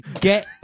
get